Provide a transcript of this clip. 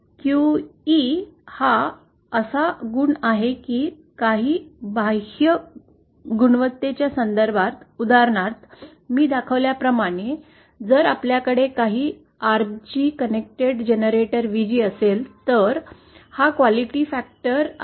QE हा असा गुण आहे की काही बाह्य गुणवत्तेच्या संदर्भात उदाहरणार्थ मी दाखवल्याप्रमाणे जर आपल्याकडे काही RG कनेक्टेड जनरेटर VG असेल तर हा क्वालिटी फॅक्टर आहे